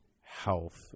health